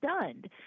stunned